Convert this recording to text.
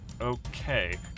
Okay